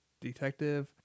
detective